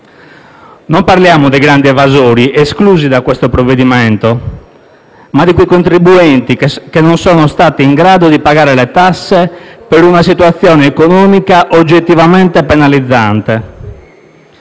Non parliamo dei grandi evasori, esclusi da questo provvedimento, ma di quei contribuenti che non sono stati in grado di pagare le tasse per una situazione economica oggettivamente penalizzante.